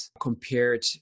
compared